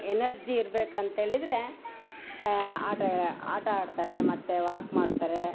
energy ಇರ್ಬೇಕಂತೇಳಿದರೆ ಆಟ ಆಟ ಆಡ್ತಾರೆ ಮತ್ತು ವಾಕ್ ಮಾಡ್ತಾರೆ